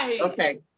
Okay